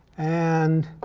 and